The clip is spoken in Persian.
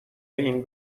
این